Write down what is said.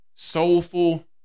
soulful